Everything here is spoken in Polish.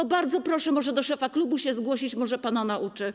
To bardzo proszę, może do szefa klubu się zgłosić, może pana nauczy.